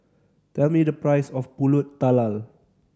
tell me the price of Pulut Tatal